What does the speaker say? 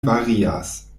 varias